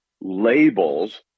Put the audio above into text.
labels